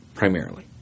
primarily